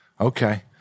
okay